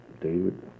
David